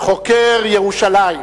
חוקר ירושלים,